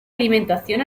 alimentación